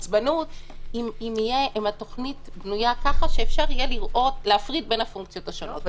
העצבנות אם התוכנית בנויה ככה שאפשר יהיה להפריד בין הפונקציות השונות.